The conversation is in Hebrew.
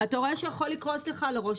אתה רואה שהוא יכול לקרוס לך על הראש,